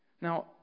Now